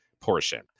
portion